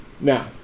Now